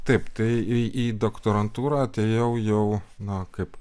taip tai į į doktorantūrą atėjau jau na kaip